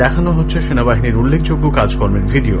দেখানো হচ্ছে সেনাবাহিনীর উল্লেখযোগ্য কাজকর্মের ভিডিও